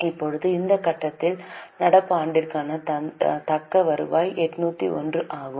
இப்போது இந்த கட்டத்தில் நடப்பு ஆண்டிற்கான தக்க வருவாய் 801 ஆகும்